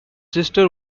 sister